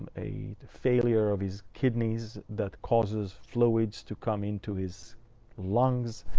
a failure of his kidneys that causes fluids to come into his lungs,